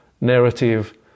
narrative